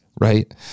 right